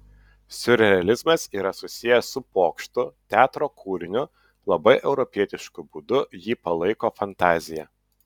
siurrealizmas yra susijęs su pokštu teatro kūriniu labai europietišku būdu jį palaiko fantazija